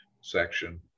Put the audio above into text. section